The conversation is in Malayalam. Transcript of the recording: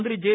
മന്ത്രി ജെ